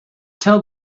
tell